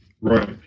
Right